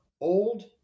old